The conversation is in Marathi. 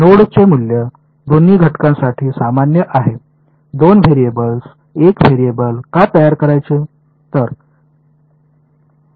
नोडचे मूल्य दोन्ही घटकांसाठी सामान्य आहे 2 व्हेरिएबल्स 1 व्हेरिएबल का तयार करायचे